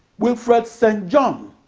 wilfred st. john